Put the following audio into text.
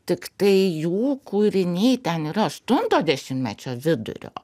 tiktai jų kūriniai ten yra aštunto dešimtmečio vidurio